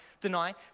deny